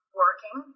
working